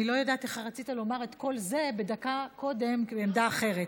אני לא יודעת איך רצית לומר את כל זה בדקה קודם מעמדה אחרת.